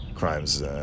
crimes